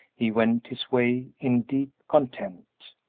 he went his way in deep content.